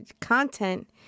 content